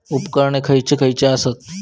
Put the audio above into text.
उपकरणे खैयची खैयची आसत?